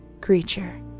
creature